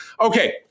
okay